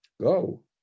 go